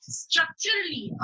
structurally